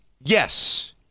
yes